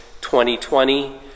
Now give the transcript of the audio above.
2020